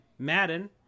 Madden